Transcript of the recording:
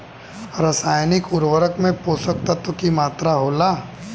रसायनिक उर्वरक में पोषक तत्व की मात्रा होला?